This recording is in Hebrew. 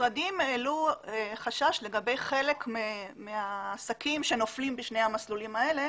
המשרדים העלו חשש לגבי חלק מהעסקים שנופלים בשני המסלולים האלה